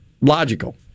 logical